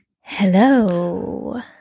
hello